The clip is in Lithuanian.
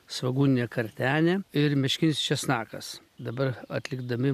svogūninė kartenė ir meškinis česnakas dabar atlikdami